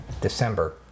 December